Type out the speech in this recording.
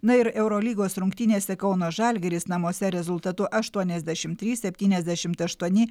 na ir eurolygos rungtynėse kauno žalgiris namuose rezultatu aštuoniasdešimt trys septyniasdešimt aštuoni